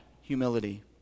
humility